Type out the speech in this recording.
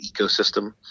ecosystem